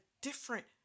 different